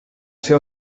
ser